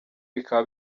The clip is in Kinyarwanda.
bikaba